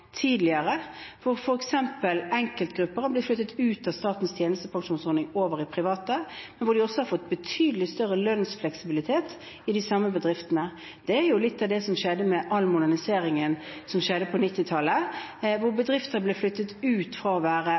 tidligere, hvor f.eks. enkeltgrupper har blitt flyttet ut av statens tjenestepensjonsordning over i det private, men hvor de også har fått betydelig større lønnsfleksibilitet i de samme bedriftene. Det er litt av det som skjedde under all moderniseringen som foregikk på 1990-tallet, hvor bedrifter ble flyttet fra å være